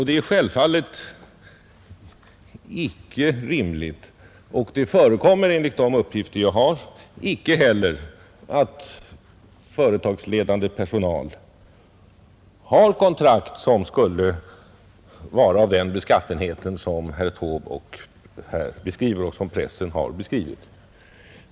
Det är självfallet icke rimligt — det förekommer enligt de uppgifter jag har icke heller — att företagsledande personal har kontrakt av den beskaffenhet som herr Taube här beskriver och som pressen har beskrivit.